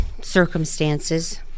circumstances